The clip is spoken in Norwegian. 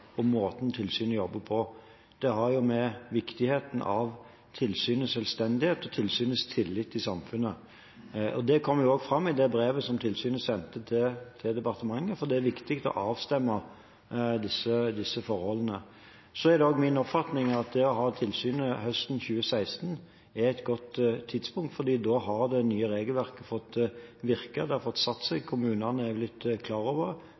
og måten tilsynet jobber på. Det har med viktigheten av tilsynets selvstendighet og tilsynets tillit i samfunnet å gjøre. Det kommer også fram i det brevet som tilsynet sendte til departementet, for det er viktig å avstemme disse forholdene. Så er det også min oppfatning at det å ha et tilsyn høsten 2016 er et godt tidspunkt fordi da har det nye regelverket fått virke, det har fått satt seg, kommunene har blitt klar over